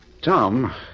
Tom